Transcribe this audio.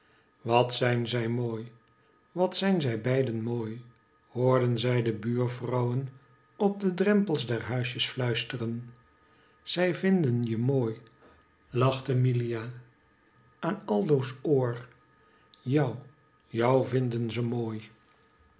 wat zijn zij mooi wat zijn zij beiden mooi hoorden zij de buurvrouwen op de drempels der huisjes fluisteren ze vinden je mooi lachte milia aan aldo's oor jou jou vinden ze mooi